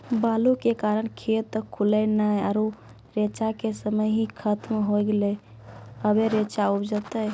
बालू के कारण खेत सुखले नेय आरु रेचा के समय ही खत्म होय गेलै, अबे रेचा उपजते?